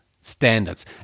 Standards